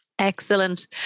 Excellent